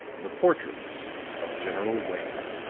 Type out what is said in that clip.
the portraits of general wayne